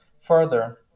further